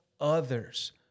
others